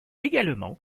également